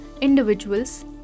individuals